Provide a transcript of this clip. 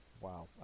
Wow